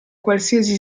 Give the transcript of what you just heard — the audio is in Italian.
qualsiasi